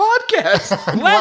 podcast